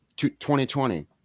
2020